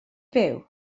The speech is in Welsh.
byw